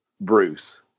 Bruce